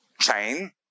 chain